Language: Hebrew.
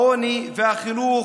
העוני והחינוך,